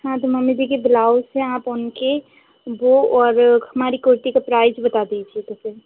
हाँ तो मान लीजिए कि ब्लाउस हैं आप उनके वो और हमारी कुर्ती का प्राइज बता दीजिए तो फिर